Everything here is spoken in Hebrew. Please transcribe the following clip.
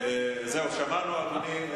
שמענו, אדוני.